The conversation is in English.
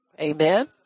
Amen